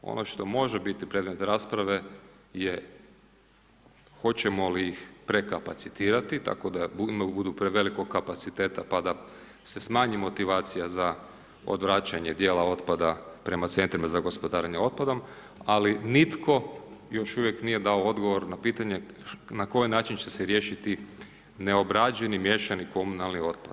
Ono što može biti predmet rasprave je hoćemo li ih prekapacitirati tako da budu prevelikog kapaciteta pa da se smanji motivacija za odvraćanje dijela otpada prema centrima za gospodarenje otpadom, ali nitko još uvijek nije dao odgovor na pitanje na koji način će se riješiti neobrađeni miješani komunalni otpad.